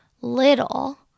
little